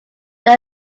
they